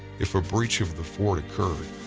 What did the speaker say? if a breach of the fort occurred,